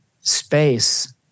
space